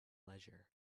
leisure